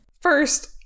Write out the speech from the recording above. first